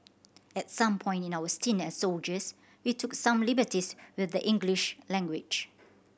at some point in our stint as soldiers we took some liberties with the English language